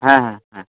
হ্যাঁ হ্যাঁ হ্যাঁ